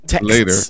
later